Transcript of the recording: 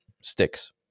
sticks